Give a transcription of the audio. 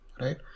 right